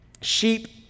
sheep